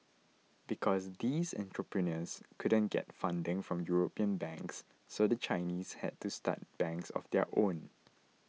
because these entrepreneurs couldn't get funding from European banks so the Chinese had to start banks of their own